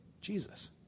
Jesus